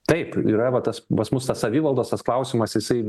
taip yra va tas pas mus tas savivaldos tas klausimas jisai